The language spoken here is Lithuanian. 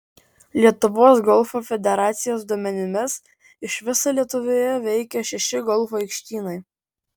lietuvos golfo federacijos duomenimis iš viso lietuvoje veikia šeši golfo aikštynai